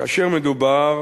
כאשר מדובר